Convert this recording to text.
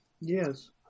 Yes